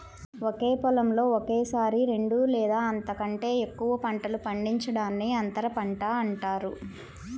ఒకే పొలంలో ఒకేసారి రెండు లేదా అంతకంటే ఎక్కువ పంటలు పండించడాన్ని అంతర పంట అంటారు